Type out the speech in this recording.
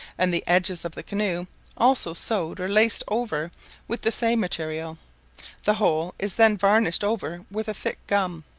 and the edges of the canoe also sewed or laced over with the same material the whole is then varnished over with a thick gum.